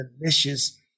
delicious